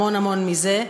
המון המון מזה,